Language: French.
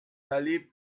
d’aller